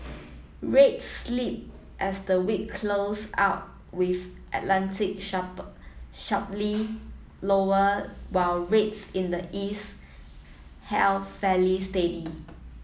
rates slip as the week close out with Atlantic sharp sharply lower while rates in the east held fairly steady